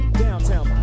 downtown